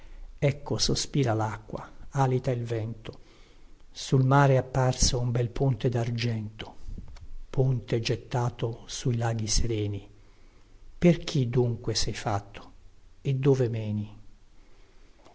ecco sospira lacqua alita il vento sul mare è apparso un bel ponte dargento ponte gettato sui laghi sereni per chi dunque sei fatto e dove meni